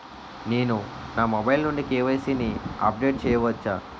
నేను నా మొబైల్ నుండి కే.వై.సీ ని అప్డేట్ చేయవచ్చా?